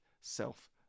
self